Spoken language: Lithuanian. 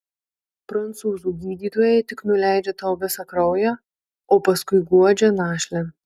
prancūzų gydytojai tik nuleidžia tau visą kraują o paskui guodžia našlę